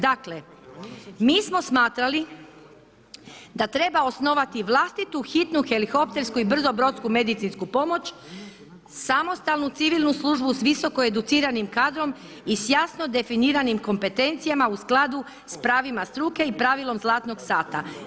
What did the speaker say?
Dakle, mi smo smatrali da treba osnovati vlastitu hitnu helikoptersku i brzo brodsku medicinsku pomoć, samostalnu, civilnu službu sa visoko educiranim kadrom i s jasno definiranim kompetencijama u skladu sa pravima struke i pravilom zlatnog sata.